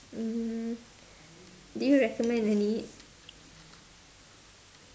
mm did you recommend any